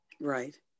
Right